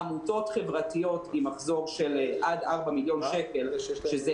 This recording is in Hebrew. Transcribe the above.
עמותות חברתיות עם מחזור של עד 4 מיליון שקל שזה